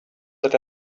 that